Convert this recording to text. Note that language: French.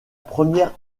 première